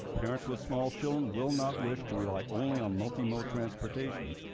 parents with small children will not wish to rely only on multimode transportation.